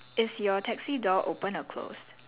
is your taxi door open or closed